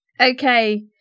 Okay